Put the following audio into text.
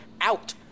out